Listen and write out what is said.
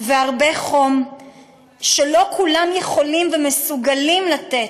והרבה חום שלא כולם יכולים ומסוגלים לתת.